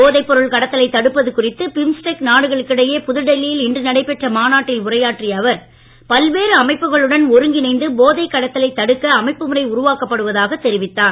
போதைப்பொருள் கடத்தலைத் தடுப்பது குறித்து பிம்ஸ்டெக் நாடுகளுக்கிடையே புதுடில்லி யில் இன்று நடைபெற்ற மாநாட்டில் உரையாற்றிய அவர் பல்வேறு அமைப்புகளுடன் ஒருங்கிணைந்து போதைக் கடத்தலைத் தடுக்க அமைப்புமுறை உருவாக்கப்படுவதாகத் தெரிவித்தார்